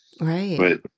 Right